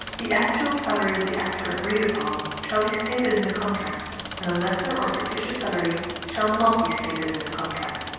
the actual salary of the actor agreed upon shall be stated in the contract and a lesser or fictitious salary shall not be stated in the contract.